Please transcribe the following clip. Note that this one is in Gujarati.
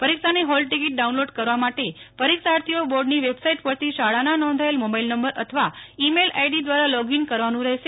પરીક્ષાની હોલ ટીકીટ ડાઉનલોડ કરવા માટે પરીક્ષાર્થીઓ બોર્ડની વેબસાઈટ પરથી શાળાના નોંધાયેલા મોબાઈલ નંબર અથવા ઈ મેઈલ આઈડી દ્વારા લોગઈન કરવાનું રહેશે